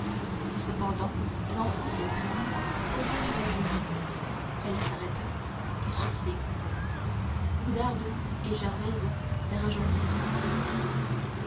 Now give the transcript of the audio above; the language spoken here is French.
cependant l'enfant qu'elle traînait tomba sur les genoux elle s'arrêta essoufflée oudarde et gervaise la rejoignirent